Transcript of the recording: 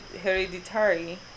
hereditary